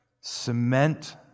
cement